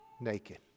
naked